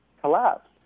collapse